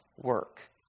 work